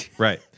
Right